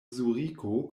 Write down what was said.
zuriko